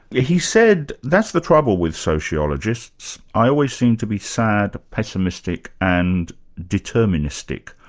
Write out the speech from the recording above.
he said that's the trouble with sociologists. i always seem to be sad, pessimistic and deterministic'.